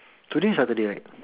today is Saturday right